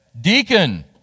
Deacon